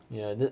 yeah the